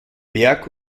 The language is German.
berg